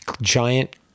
giant